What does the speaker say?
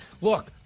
Look